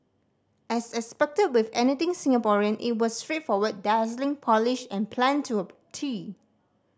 as expected with anything Singaporean it was straightforward dazzling polished and planned to a tee